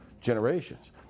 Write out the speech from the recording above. generations